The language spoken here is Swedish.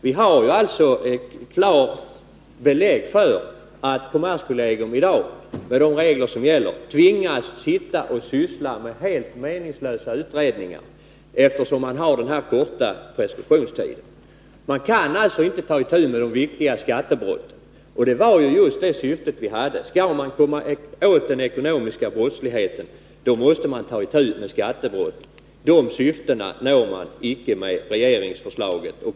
Vi har alltså ett klart belägg för att kommerskollegium i dag med de regler som gäller tvingas syssla med helt meningslösa utredningar, eftersom man har denna korta preskriptionstid. Man kan alltså inte ta itu med de viktiga skattebrotten. Det var just det syftet vi hade. Skall man komma åt den ekonomiska brottsligheten måste man ta itu med skattebrotten. Detta syfte når man inte med regeringsförslaget.